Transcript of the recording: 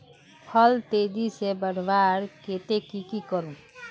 फल तेजी से बढ़वार केते की की करूम?